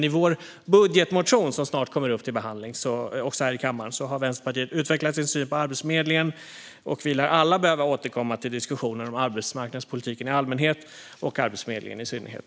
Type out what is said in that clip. I vår budgetmotion, som snart kommer upp till behandling här i kammaren, har Vänsterpartiet utvecklat sin syn på Arbetsförmedlingen. Vi lär alla behöva återkomma till diskussionen om arbetsmarknadspolitiken i allmänhet och Arbetsförmedlingen i synnerhet.